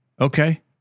Okay